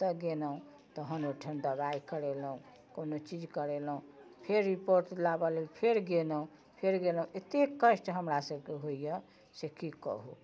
ओतऽ गेलहुँ तहन ओइठाम दबाइ करेलहुँ कोनो चीज करेलहुँ फेर रिपोर्ट लाबऽ लेल फेर गेलहुँ एते कष्ट हमरा सबके होइए से की कहू